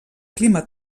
clima